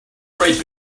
great